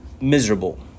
miserable